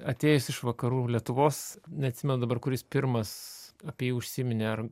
atėjęs iš vakarų lietuvos neatsimenu dabar kuris pirmas apie jį užsiminė ar